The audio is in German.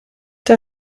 der